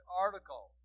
article